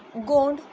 Gond